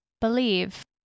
Believe